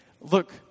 look